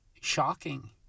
Shocking